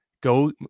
go